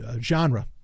genre